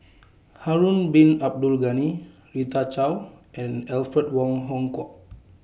Harun Bin Abdul Ghani Rita Chao and Alfred Wong Hong Kwok